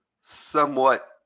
somewhat